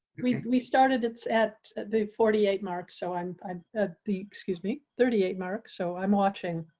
we we started it's at the forty eight marks so i'm i'm ah the excuse me thirty eight mark. so i'm watching